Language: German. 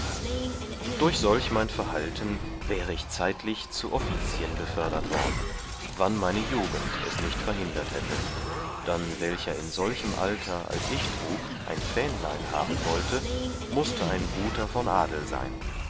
durch solch mein verhalten wäre ich zeitlich zu offizien befördert worden wann meine jugend es nicht verhindert hätte dann welcher in solchem alter als ich trug ein fähnlein haben wollte mußte ein guter von adel sein